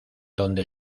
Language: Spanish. donde